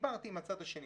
ודיברתי עם הצד השני,